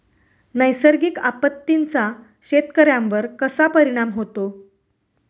नैसर्गिक आपत्तींचा शेतकऱ्यांवर कसा परिणाम होतो?